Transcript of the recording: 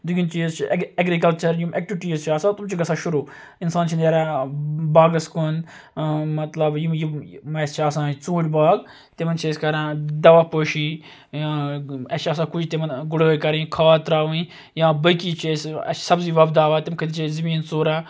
دُنیٚہٕکۍ چیٖز چھِ ایٚگرِکَلچر یِم ایٚکٹِوٹیٖز چھِ آسان تم چھِ گژھان شروٗع اِنسان چھ نیران باغَس کُن مَطلَب یِم اَسہِ چھِ آسان ژوٗنٛٹھۍ باغ تِمَن چھِ أسۍ کَران دَوا پٲشی اَسہِ چھِ آسان کُجہِ تِمَن گُڑٲے کَرٕنۍ کھاد تراوٕنۍ یا باقٕے چیٖز اَسہِ چھِ سبزی وۄبداوان تمہِ خٲطرٕ چھِ أسۍ زٔمیٖن ژوٗران